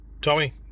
Tommy